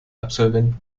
absolventen